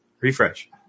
refresh